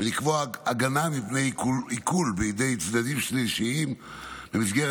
ולקבוע הגנה מפני עיקול בידי צדדים שלישיים במסגרת